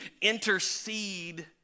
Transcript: intercede